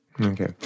Okay